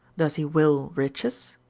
does he will riches,